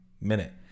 minute